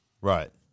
Right